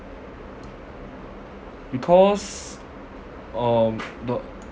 because um the